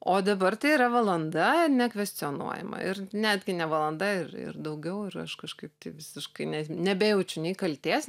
o dabar tai yra valanda nekvestionuojama ir netgi ne valanda ir ir daugiau ir aš kažkaip tai visiškai ne nebejaučiau nei kaltės